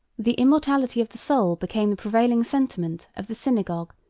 the immortality of the soul became the prevailing sentiment of the synagogue,